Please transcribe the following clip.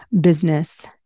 business